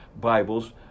Bibles